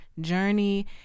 journey